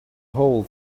hole